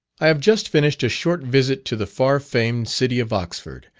i have just finished a short visit to the far famed city of oxford,